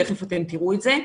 תיכף אתם תראו את זה,